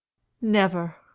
never!